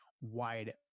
wide